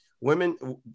women